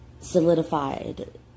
solidified